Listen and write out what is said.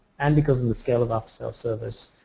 and because of the scale of after so service,